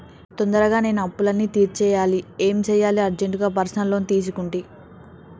తొందరగా నేను అప్పులన్నీ తీర్చేయాలి ఏం సెయ్యాలి అర్జెంటుగా పర్సనల్ లోన్ తీసుకుంటి